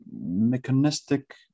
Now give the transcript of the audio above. mechanistic